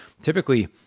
typically